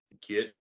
get